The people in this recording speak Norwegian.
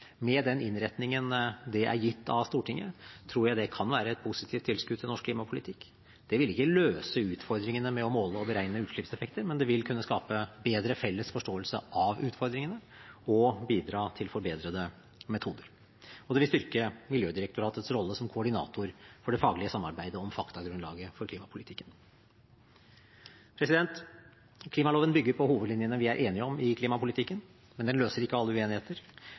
Med den innretningen det er gitt av Stortinget, tror jeg det kan være et positivt tilskudd til norsk klimapolitikk. Det vil ikke løse utfordringene med å måle og beregne utslippseffekter, men det vil kunne skape en bedre felles forståelse av utfordringene og bidra til forbedrede metoder. Det vil styrke Miljødirektoratets rolle som koordinator for det faglige samarbeidet om faktagrunnlaget for klimapolitikken. Klimaloven bygger på hovedlinjene vi er enige om i klimapolitikken. Den løser ikke alle uenigheter,